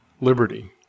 liberty